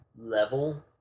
level